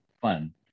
fun